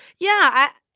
yeah,